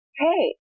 hey